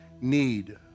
need